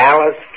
Alice